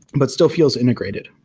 but still feels integrated,